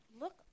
Look